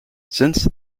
since